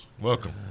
Welcome